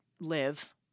live